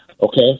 okay